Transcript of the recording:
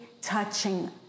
touching